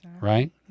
Right